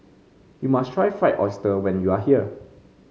you must try Fried Oyster when you are here